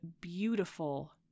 beautiful